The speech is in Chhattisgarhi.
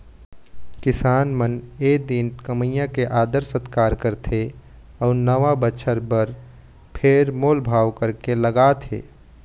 किसान मन ए दिन कमइया के आदर सत्कार करथे अउ नवा बछर बर फेर मोल भाव करके लगाथे